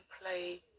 play